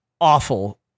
awful